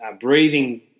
breathing